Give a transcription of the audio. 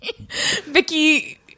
vicky